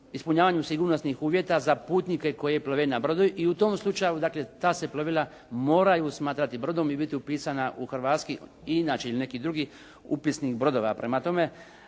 ispunjavanju sigurnih uvjeta za putnike koji plove na brodu i u tom slučaju ta se plovila moraju smatrati brodom i biti upisana u hrvatski ili neki drugi upisnik brodova. Prema tome,